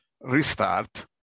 restart